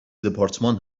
دپارتمان